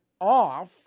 off